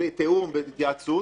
בתיאום ובהתייעצות,